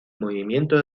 movimiento